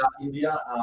India